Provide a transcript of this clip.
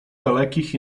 dalekich